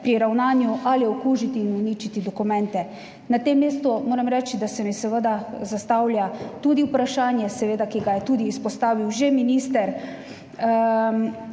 pri ravnanju ali okužiti in uničiti dokumente. Na tem mestu moram reči, da se mi seveda zastavlja tudi vprašanje seveda, ki ga je tudi izpostavil že minister,